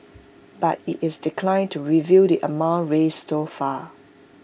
but IT is declined to reveal the amount raised so far